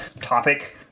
topic